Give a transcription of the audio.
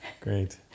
Great